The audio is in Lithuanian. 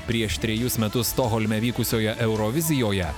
prieš trejus metus stokholme vykusioje eurovizijoje